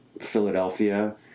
Philadelphia